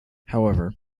however